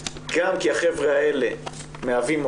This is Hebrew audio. גם כי החבר'ה האלה מהווים מודל,